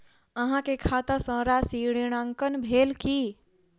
अहाँ के खाता सॅ राशि ऋणांकन भेल की?